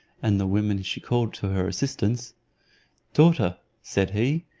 and the women she called to her assistance daughter, said he,